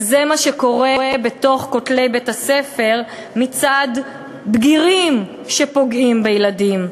וזה מה שקורה בין כותלי בית-הספר מצד בגירים שפוגעים בילדים.